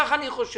כך אני חושב.